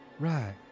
Right